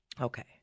Okay